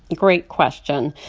ah great question.